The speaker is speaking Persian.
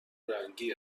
رنگی